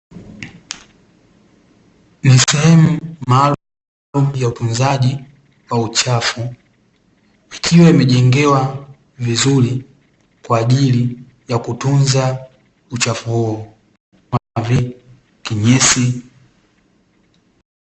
Ni sehemu maalumu ya utunzaji wa uchafu, ikiwa imejengewa vizuri kwaajili ya kutunza uchafu huo mavi kinyesi.